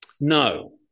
No